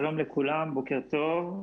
שלום לכולם, בוקר טוב.